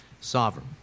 sovereign